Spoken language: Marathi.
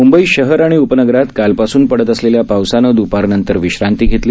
मंबई शहर आणि उपनगरात कालपासून पडत असलेल्या पावसानं दुपारनंतर विश्रांती घेतली